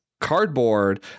cardboard